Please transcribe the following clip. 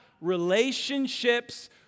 relationships